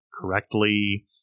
correctly